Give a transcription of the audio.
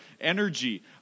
energy